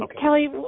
Kelly